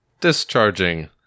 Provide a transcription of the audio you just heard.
Discharging